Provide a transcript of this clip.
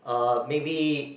uh maybe